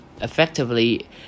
Effectively